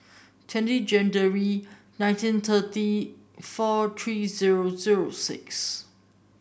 twenty January nineteen thirty four three zero zero six